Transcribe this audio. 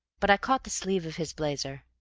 but i caught the sleeve of his blazer.